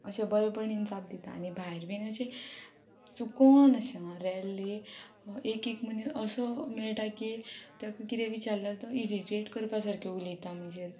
अशें बरें पणांत जाप दितात आनी भायर बी अशे चुकून अशें रॅरली एक एक मनीस असो मेळटा की तेका कितें विचारल्यार तो इरिटेट करपा सारके उलयता म्हणजे